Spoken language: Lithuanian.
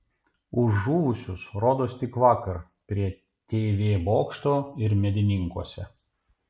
už žuvusius rodos tik vakar prie tv bokšto ir medininkuose